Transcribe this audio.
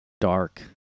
dark